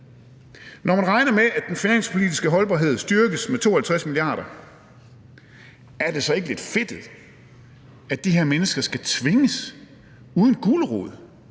Når man regner med, at den finanspolitiske holdbarhed styrkes med 52 milliarder, er det så ikke lidt fedtet, at de her mennesker skal tvinges uden gulerod